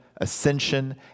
ascension